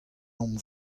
hon